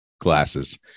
glasses